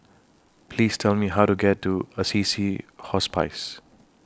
Please Tell Me How to get to Assisi Hospice